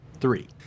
three